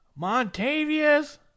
Montavious